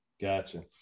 Gotcha